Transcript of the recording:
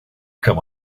come